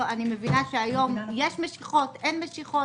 אני מבינה שהיום יש משיכות, אין משיכות?